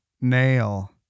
nail